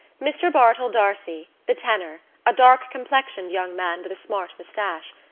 mr. bartell d'arcy, the tenor, a dark-complexioned young man with a smart moustache,